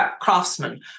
craftsmen